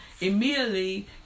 immediately